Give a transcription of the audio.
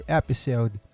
episode